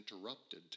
interrupted